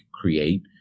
create